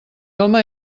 home